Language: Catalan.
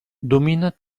domina